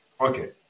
Okay